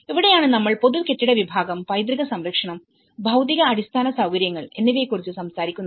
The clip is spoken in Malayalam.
ഇവിടെയാണ് നമ്മൾ പൊതു കെട്ടിട വിഭാഗം പൈതൃക സംരക്ഷണം ഭൌതിക അടിസ്ഥാന സൌകര്യങ്ങൾ എന്നിവയെക്കുറിച്ച് സംസാരിക്കുന്നത്